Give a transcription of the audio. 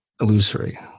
illusory